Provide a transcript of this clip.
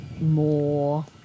more